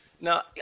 Now